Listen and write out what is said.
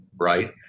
right